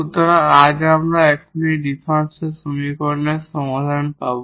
সুতরাং আজ আমরা এখন এই ডিফারেনশিয়াল সমীকরণের সমাধান পাব